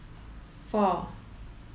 four